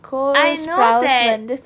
I know that